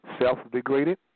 Self-degraded